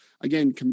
again